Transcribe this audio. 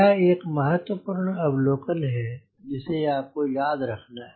यह एक महत्वपूर्ण अवलोकन है जिसे आप को याद रखना है